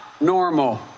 normal